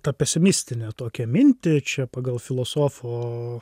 tą pesimistinę tokią mintį čia pagal filosofo